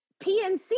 PNC